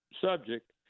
subject